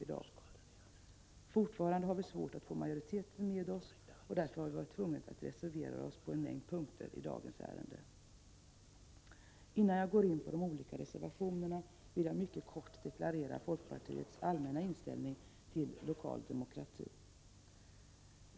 Vi har fortfarande svårt att få majoriteten med oss, och vi har därför varit tvungna att reservera oss på en mängd punkter i dagens ärende. Innan jag går in på de olika reservationerna vill jag mycket kort deklarera folkpartiets allmänna inställning till lokal demokrati.